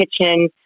kitchen